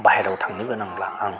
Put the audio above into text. बाहेराव थांनो गोनांब्ला आं